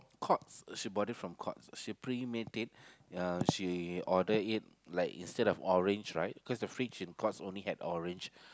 Courts she bought it from Courts she premade it uh she order it like instead of orange right cause the fridge in Courts only had orange